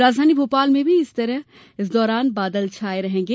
राजधानी भोपाल में भी इस दौरान बादल छाए रहेंगे